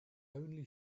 only